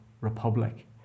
republic